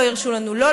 לא הרשו לנו: לא,